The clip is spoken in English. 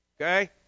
Okay